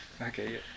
Okay